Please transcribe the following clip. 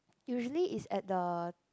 usually is at the